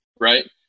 right